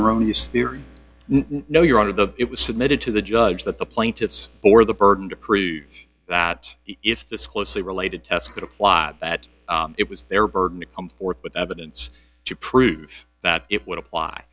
erroneous theory no your honor the it was submitted to the judge that the plaintiffs for the burden to prove that if this closely related test could a plot that it was their burden to come forth with evidence to prove that it would apply